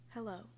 Hello